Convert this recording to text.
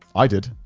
i did.